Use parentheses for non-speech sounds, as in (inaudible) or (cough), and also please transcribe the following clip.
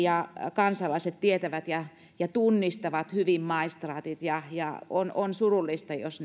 (unintelligible) ja kansalaiset tietävät ja ja tunnistavat hyvin maistraatit ja ja on on surullista jos (unintelligible)